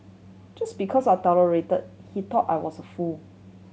just because I tolerated he thought I was a fool